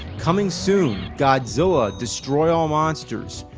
coming soon godzilla destroy all monsters'.